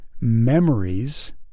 memories